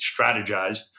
strategized